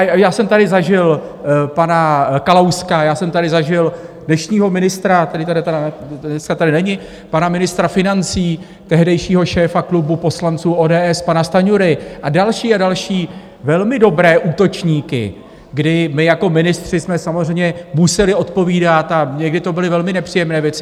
Já jsem tady zažil pana Kalouska, já jsem tady zažil dnešního ministra, který tady dneska není, pana ministra financí, tehdejšího šéfa klubu poslanců ODS, pana Stanjuru, a další a další velmi dobré útočníky, kdy my jako ministři jsme samozřejmě museli odpovídat, a někdy to byly velmi nepříjemné věci.